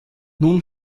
nun